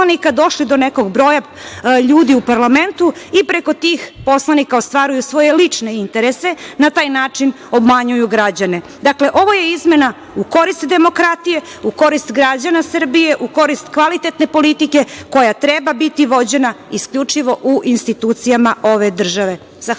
došli do nekog broja ljudi u parlamentu i preko tih poslanika ostvaruju svoje lične interese. Na taj način obmanjuju građane. Dakle, ovo je izmena u korist demokratije, u korist građana Srbije, u korist kvalitetne politike koja treba biti vođena isključivo u institucijama ove države. Zahvaljujem.